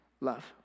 love